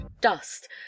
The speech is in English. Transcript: dust